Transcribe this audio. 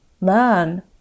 learn